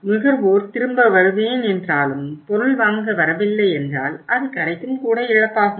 நுகர்வோர் திரும்ப வருவேன் என்றாலும் பொருள் வாங்க வரவில்லை என்றால் அது கடைக்கும் கூட இழப்பாகும்